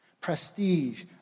Prestige